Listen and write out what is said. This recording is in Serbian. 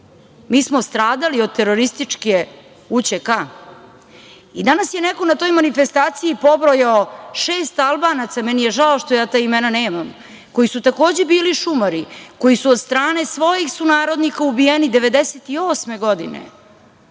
mi smo stradali od terorističke UČK. I danas je neko na toj manifestaciji pobrojao šest Albanaca, meni je žao što ja ta imena nemam, koji su takođe bili šumari, koji su od strane svojih sunarodnika ubijeni 1998. godine,